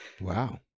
Wow